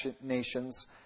nations